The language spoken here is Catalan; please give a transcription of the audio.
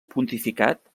pontificat